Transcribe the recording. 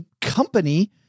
company